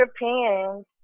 Europeans